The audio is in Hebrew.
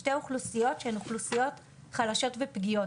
שתי האוכלוסיות שהן אוכלוסיות חלשות ופגיעות.